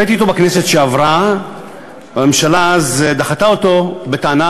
הבאתי אותו בכנסת שעברה והממשלה אז דחתה אותו בטענה